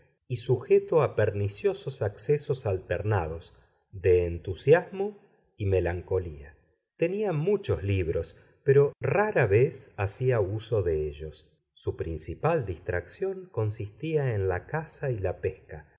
y sujeto a perniciosos accesos alternados de entusiasmo y melancolía tenía muchos libros pero rara vez hacía uso de ellos su principal distracción consistía en la caza y la pesca